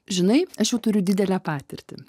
žinai aš jau turiu didelę patirtį